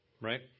right